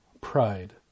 Pride